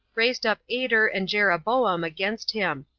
raised up ader and jeroboam against him.